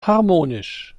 harmonisch